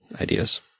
ideas